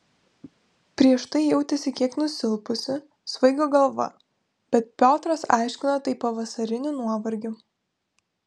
prieš tai jautėsi kiek nusilpusi svaigo galva bet piotras aiškino tai pavasariniu nuovargiu